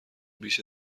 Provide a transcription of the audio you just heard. بیش